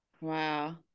Wow